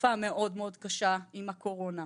תקופה מאוד מאוד קשה עם הקורונה.